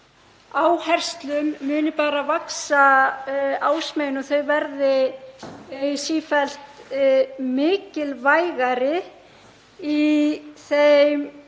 áherslum muni bara vaxa ásmegin og þau verði sífellt mikilvægari í þeim